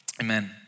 amen